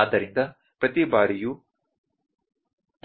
ಆದ್ದರಿಂದ ಪ್ರತಿ ಬಾರಿಯೂ